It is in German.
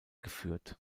geführt